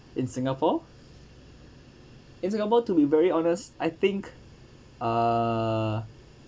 in singapore in singapore to be very honest I think uh